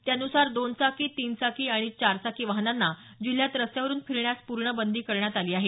त्यानुसार दोन चाकी तीन चाकी आणि चार चाकी वाहनांना जिल्ह्यात रस्त्यावरून फिरण्यास पूर्ण बंदी करण्यात आली आहे